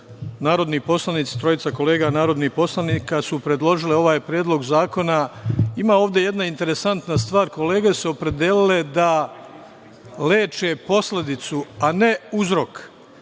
narodni poslanici. Trojica kolega narodnih poslanika su predložili ovaj Predlog zakona. Ima ovde jedna interesantna stvar, kolege su se opredelile da leče posledicu, a ne uzrok.